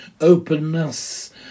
Openness